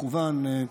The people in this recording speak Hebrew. מכוון,